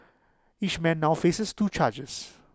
each man now faces two charges